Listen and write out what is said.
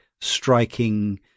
striking